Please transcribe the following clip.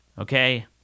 Okay